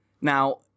Now